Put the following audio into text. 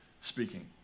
speaking